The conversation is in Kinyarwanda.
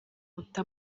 guta